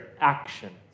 action